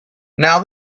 now